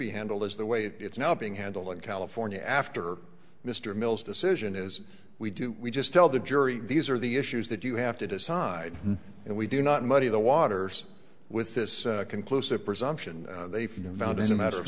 be handled is the way it's now being handled in california after mr mills decision is we do we just tell the jury these are the issues that you have to decide and we do not muddy the waters with this conclusive presumption they found as a matter of